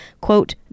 quote